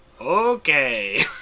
okay